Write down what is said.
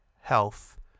health